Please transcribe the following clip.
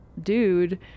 dude